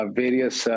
various